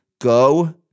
go